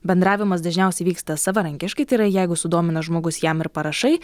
bendravimas dažniausiai vyksta savarankiškai tai yra jeigu sudomina žmogus jam ir parašai